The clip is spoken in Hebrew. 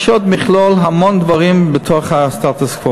יש עוד מכלול, המון דברים בתוך הסטטוס-קוו.